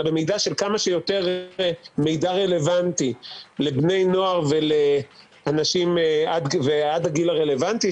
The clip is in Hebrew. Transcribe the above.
אלא כמה שיותר מידע רלוונטי לבני נוער ולאנשים עד הגיל הרלוונטי,